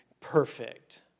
perfect